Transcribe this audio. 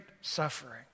suffering